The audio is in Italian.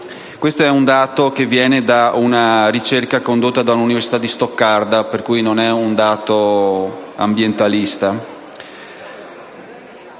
Questo dato è riportato in una ricerca condotta dall'Università di Stoccarda, per cui non è un dato ambientalista.